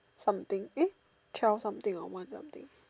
something eh twelve something or one something